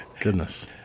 Goodness